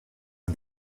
and